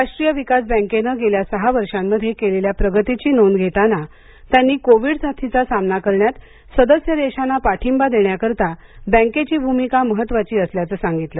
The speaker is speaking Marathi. राष्ट्रीय विकास बँकेनं गेल्या सहा वर्षांमध्ये केलेल्या प्रगतीची नोंद घेताना त्यांनी कोविड साथीचा सामना करण्यात सदस्य देशांना पाठिंबा देण्याकरिता बँकेची भूमिका महत्वाची असल्याचं सांगितलं